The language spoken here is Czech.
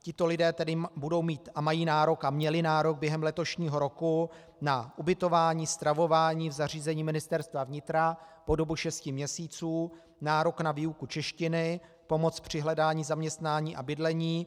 Tito lidé tedy budou mít, mají nárok a měli nárok během letošního roku na ubytování, stravování v zařízení Ministerstva vnitra po dobu šesti měsíců, nárok na výuku češtiny, pomoc při hledání zaměstnání a bydlení.